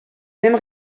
même